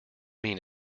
mean